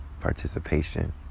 participation